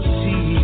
see